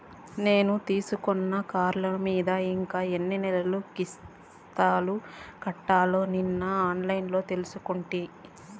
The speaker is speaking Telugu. నేను తీసుకున్న కార్లోను మీద ఇంకా ఎన్ని నెలలు కిస్తులు కట్టాల్నో నిన్న ఆన్లైన్లో తెలుసుకుంటి